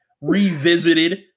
revisited